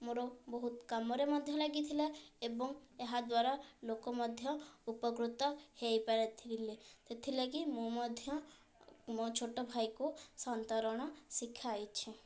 ମୋର ବହୁତ କାମରେ ମଧ୍ୟ ଲାଗିଥିଲା ଏବଂ ଏହାଦ୍ଵାରା ଲୋକ ମଧ୍ୟ ଉପକୃତ ହେଇପାରିଥିଲେ ସେଥିଲାଗି ମୁଁ ମଧ୍ୟ ମୋ ଛୋଟ ଭାଇକୁ ସନ୍ତରଣ ଶିଖାଇଛି